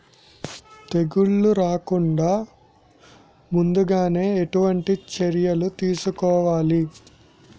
తెగుళ్ల రాకుండ ముందుగానే ఎటువంటి చర్యలు తీసుకోవాలి?